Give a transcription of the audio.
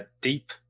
deep